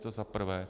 To za prvé.